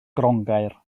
grongaer